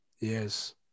Yes